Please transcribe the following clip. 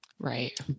Right